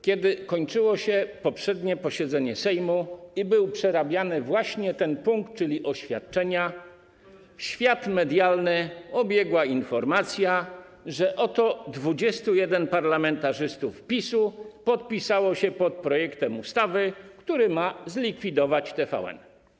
Kiedy kończyło się poprzednie posiedzenie Sejmu i był przerabiany ten punkt, czyli oświadczenia, świat medialny obiegła informacja, że oto 21 parlamentarzystów PiS-u podpisało się pod projektem ustawy, która ma zlikwidować TVN.